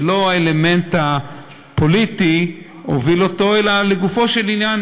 ולא האלמנט הפוליטי הוביל אותו אלא לגופו של עניין,